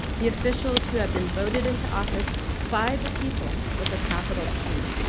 the officials who have been voted into office by the people with a capital p.